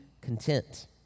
content